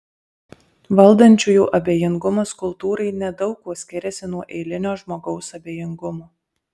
valdančiųjų abejingumas kultūrai nedaug kuo skiriasi nuo eilinio žmogaus abejingumo